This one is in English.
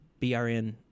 Brn